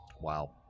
Wow